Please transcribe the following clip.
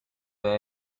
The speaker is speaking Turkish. veya